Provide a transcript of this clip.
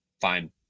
fine